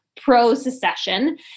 pro-secession